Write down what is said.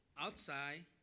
outside